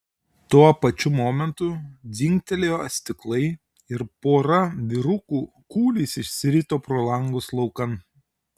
tuo pačiu momentu dzingtelėjo stiklai ir pora vyrukų kūliais išsirito pro langus laukan